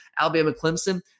Alabama-Clemson